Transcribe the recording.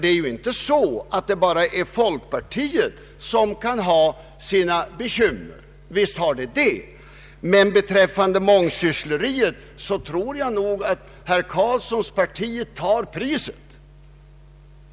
Det är ju inte så att det bara är folkpartiet som kan ha sina bekymmer — visst har vi det — men beträffande mångsyssleriet tror jag nog att herr Carlssons parti tar priset.